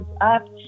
up